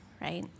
right